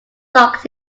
locked